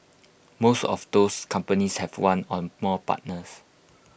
most of those companies have one or more partners